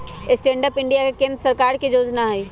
stand up India केंद्र सरकार के जोजना हइ